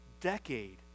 decade